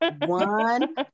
One